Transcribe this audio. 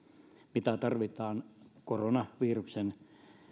mitä tarvitaan koronaviruksen